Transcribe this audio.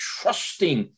trusting